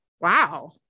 Wow